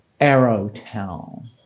Arrowtown